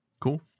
Cool